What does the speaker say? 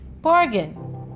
bargain